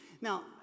Now